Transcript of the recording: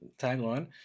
tagline